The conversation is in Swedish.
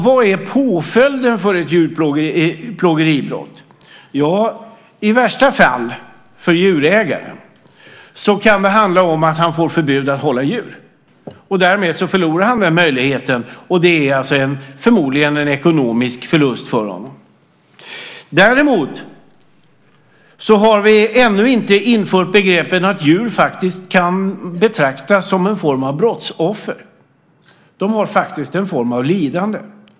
Vad är påföljden för ett djurplågeribrott? I värsta fall kan det för djurägaren handla om att han får förbud att hålla djur. Därmed förlorar han den möjligheten, och det innebär förmodligen en ekonomisk förlust för honom. Däremot har vi ännu inte infört som begrepp att djur faktiskt kan betraktas som en form av brottsoffer. De har faktiskt en form av lidande.